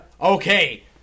Okay